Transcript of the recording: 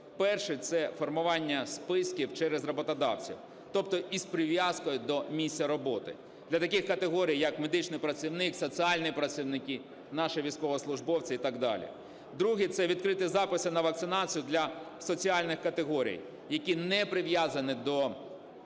Перший – це формування списків через роботодавців, тобто з прив'язкою до місця роботи для таких категорій як: медичний працівник, соціальні працівники, наші військовослужбовці і так далі. Другий – це відкриті записи на вакцинацію для соціальних категорій, які не прив'язані до місця